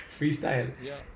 freestyle